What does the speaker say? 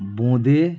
বোঁদে